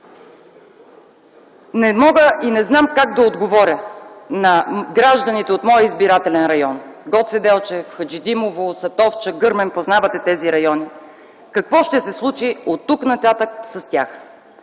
Не мога и не знам как да отговоря на гражданите от моя избирателен район – Гоце Делчев, Хаджидимово, Сатовча, Гърмен – познавате тези райони – какво ще се случва оттук нататък с тях?!